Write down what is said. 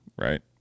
right